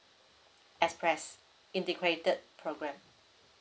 express integrated program